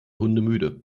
hundemüde